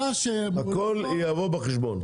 הכול יבוא בחשבון.